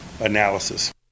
analysis